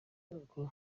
uko